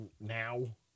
now